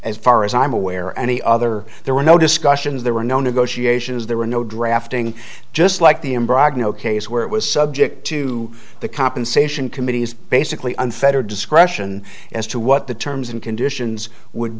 as far as i'm aware any other there were no discussions there were no negotiations there were no drafting just like the in case where it was subject to the compensation committees basically unfettered discretion as to what the terms and conditions would